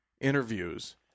interviews